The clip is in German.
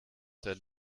der